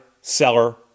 seller